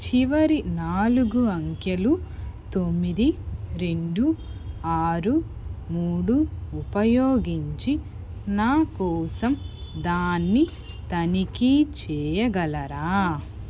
చివరి నాలుగు అంకెలు తొమ్మిది రెండు ఆరు మూడు ఉపయోగించి నా కోసం దాన్ని తనిఖీ చెయ్యగలరా